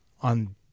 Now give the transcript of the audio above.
on